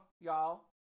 y'all